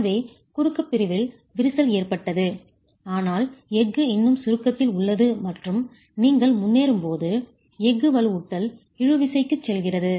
எனவே குறுக்கு பிரிவில் விரிசல் ஏற்பட்டது ஆனால் எஃகு இன்னும் சுருக்கத்தில் காம்ப்ரசிவ் ஸ்ட்ரெஸ் உள்ளது மற்றும் நீங்கள் முன்னேறும்போது எஃகு வலுவூட்டல் இழு விசைக்கு செல்கிறது